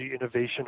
innovation